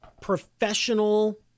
professional